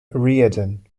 reardon